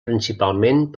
principalment